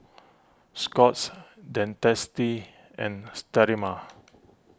Scott's Dentiste and Sterimar